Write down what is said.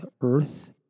Earth